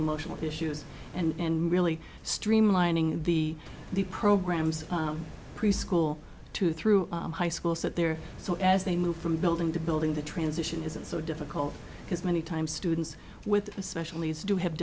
emotional issues and really streamlining the the programs preschool to through high school so that they're so as they move from building to building the transition isn't so difficult because many times students with especially as do have